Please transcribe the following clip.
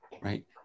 right